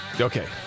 Okay